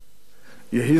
יהי זכרו ברוך